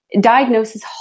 diagnosis